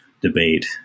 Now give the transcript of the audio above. debate